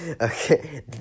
okay